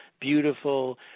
beautiful